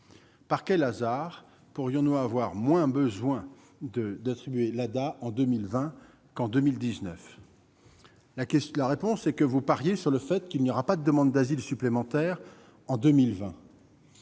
Par quel hasard aurions-nous moins besoin d'attribuer l'ADA en 2020 qu'en 2019 ? Vous pariez sur le fait qu'il n'y aura pas de demandeurs d'asile supplémentaires en 2020.